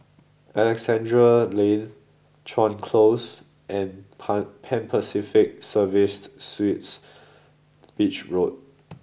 Alexandra Lane Chuan Close and Pan Pacific Serviced Suites Beach Road